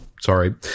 Sorry